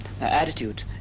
attitude